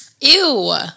Ew